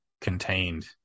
contained